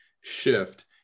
shift